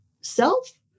self